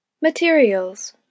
Materials